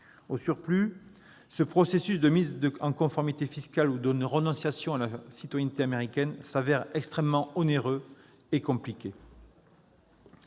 Au surplus, ce processus de mise en conformité fiscale ou de renonciation à la citoyenneté américaine se révèle extrêmement onéreux et compliqué.